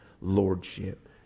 lordship